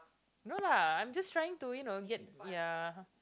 no lah I'm just trying to you know yet ya